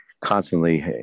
constantly